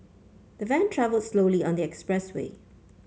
the van travelled slowly on the expressway